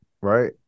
right